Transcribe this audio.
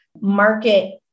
market